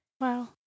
Wow